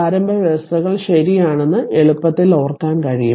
പ്രാരംഭ വ്യവസ്ഥകൾ ശരിയാണെന്ന് എളുപ്പത്തിൽ ഓർക്കാൻ കഴിയും